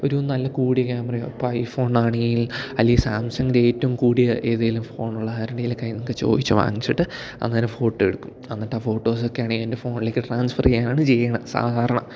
ഒരു നല്ല കൂടിയ ക്യാമറയോ ഇപ്പം ഐഫോണ് ആണെങ്കിൽ അല്ലെങ്കിൽ സാംസങിൻ്റെ ഏറ്റവും കൂടിയ ഏതെങ്കിലും ഫോണുള്ള ആരുടെയെങ്കിലും ഒക്കെ കൈയ്യിൽനിന്നൊക്കെ ചോദിച്ച് വാങ്ങിച്ചിട്ട് അന്നേരം ഫോട്ടോ എടുക്കും എന്നിട്ട് ആ ഫോട്ടോസ് ഒക്കെ ആണെങ്കിൽ എൻ്റെ ഫോണിലേക്ക് ട്രാൻസ്ഫർ ചെയ്യുകയാണ് ചെയ്യുന്നത് സാധാരണ